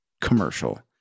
commercial